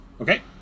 Okay